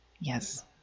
Yes